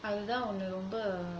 அதுதான் ஒன்னு ரொம்ப:athuthan onnu romba